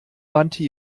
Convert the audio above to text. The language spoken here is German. wandte